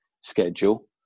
schedule